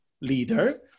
leader